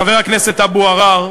חבר הכנסת אבו עראר,